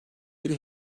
biri